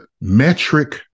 metric